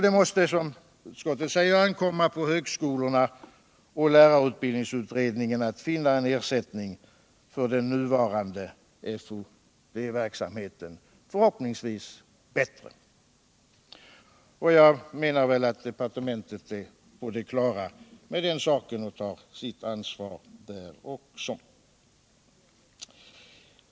Det mäste, som utskottet säger, ankomma på högskolorna och lärarutbildningsutredningen att hinna en ersättning för den nuvarande FoD-verksamheten — förhoppningsvis bättre. Departementet är väl på det klara med den saken och tar sil ansvar också där.